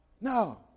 No